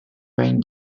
brain